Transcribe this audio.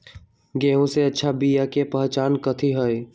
गेंहू के अच्छा बिया के पहचान कथि हई?